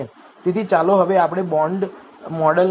તેથી ચાલો હવે આપણે મોડેલના સારાંશ પર એક નજર કરીએ